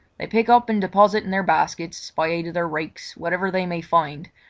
they pick up and deposit in their baskets, by aid of their rakes, whatever they may find,